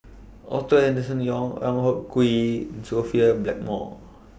Arthur Henderson Young En Hock Hwee and Sophia Blackmore